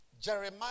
Jeremiah